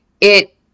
it-